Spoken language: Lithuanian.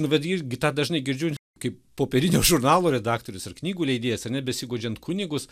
nu bet irgi tą dažnai girdžiu kaip popierinio žurnalo redaktorius ir knygų leidėjas ar ne besiguodžiant kunigus